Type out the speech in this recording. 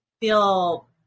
feel